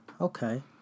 Okay